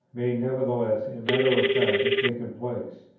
may nevertheless in matter of fact have taken place,